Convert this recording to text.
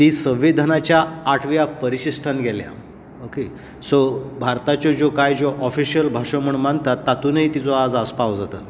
संविधानाच्या आठव्या परिशिश्टान गेल्या ओके सो भारताच्यो ज्यो कांय ज्यो ओफिशयल भासो म्हणून मानतात तितुनय तिजो आज आस्पाव जाता